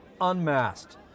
unmasked